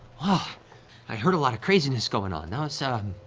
ah i heard a lot of craziness going on. those ah